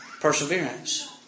Perseverance